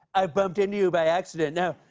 i've bumped into you by accident. now,